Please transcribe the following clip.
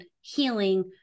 healing